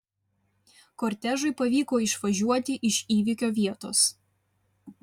kortežui pavyko išvažiuoti iš įvykio vietos